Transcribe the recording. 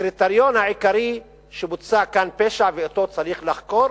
הקריטריון העיקרי, שבוצע כאן פשע ואותו צריך לחקור